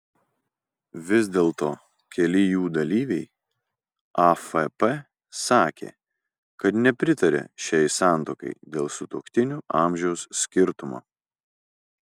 vis dėlto keli jų dalyviai afp sakė kad nepritaria šiai santuokai dėl sutuoktinių amžiaus skirtumo